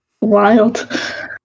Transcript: Wild